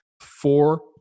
four